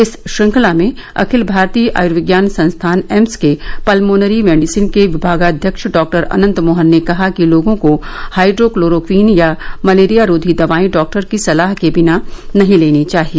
इस श्रृंखला में अखिल भारतीय आयुर्विज्ञान संस्थान एम्स के पल्मोनरी मेडिसिन के विभागाध्यक्ष डॉक्टर अनंत मोहन ने कहा कि लोगों को हाइड्रोक्लोरोक्वीन या मलेरिया रोधी दवाएं डॉक्टर की सलाह के बिना नहीं लेनी चाहिए